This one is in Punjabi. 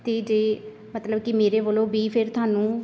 ਅਤੇ ਜੇ ਮਤਲਬ ਕਿ ਮੇਰੇ ਵੱਲੋਂ ਵੀ ਫਿਰ ਤੁਹਾਨੂੰ